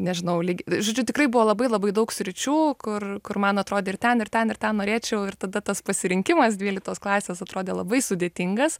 nežinau lyg žodžiu tikrai buvo labai labai daug sričių kur kur man atrodė ir ten ir ten ir ten norėčiau ir tada tas pasirinkimas dvyliktos klasės atrodė labai sudėtingas